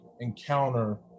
encounter